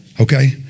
Okay